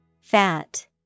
Fat